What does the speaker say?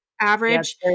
average